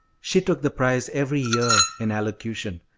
she took the prize every year in elocution,